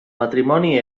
matrimoni